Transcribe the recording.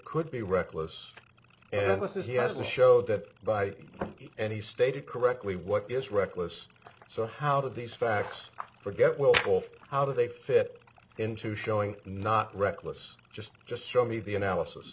could be reckless it was as he has a show that by any stated correctly what is reckless so how did these facts for get well off how do they fit into showing not reckless just just show me the analysis